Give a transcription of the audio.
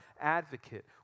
advocate